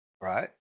right